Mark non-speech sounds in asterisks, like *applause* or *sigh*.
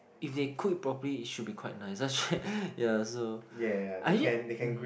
if they cook it properly it should be quite nice that's right *laughs* yeah so actually mm